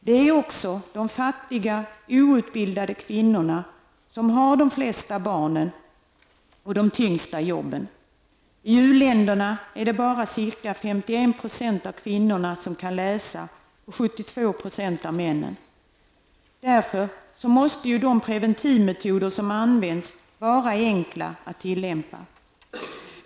Det är de fattiga, outbildade kvinnorna som har de flesta barnen och de tyngsta jobben. I u-länderna är det bara ca 51 % av kvinnorna som kan läsa och 72 % av männen. Därför måste de preventivmedtoder som används vara enkla att tillämpa.